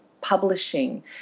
Publishing